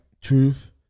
Truth